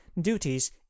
duties